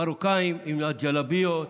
מרוקאים עם הג'לביות.